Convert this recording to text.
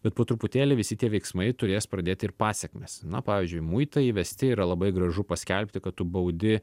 bet po truputėlį visi tie veiksmai turės pradėti ir pasekmes na pavyzdžiui muitai įvesti yra labai gražu paskelbti kad tu baudi